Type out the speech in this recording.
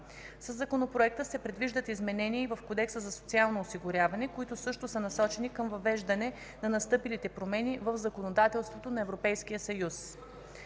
Със Законопроекта се предвиждат изменения и в Кодекса за социално осигуряване, които също са насочени към въвеждане на настъпилите промени в законодателството на Европейския съюз.